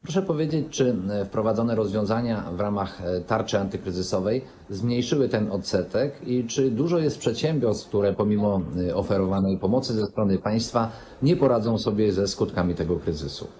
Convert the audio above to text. Proszę powiedzieć, czy wprowadzone rozwiązania w ramach tarczy antykryzysowej zmniejszyły ten odsetek i czy dużo jest przedsiębiorstw, które pomimo oferowanej pomocy ze strony państwa nie poradzą sobie ze skutkami tego kryzysu.